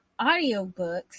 audiobooks